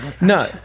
No